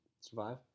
survive